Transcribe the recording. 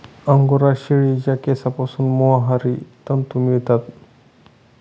angora शेळीच्या केसांपासून mohair तंतू मिळतात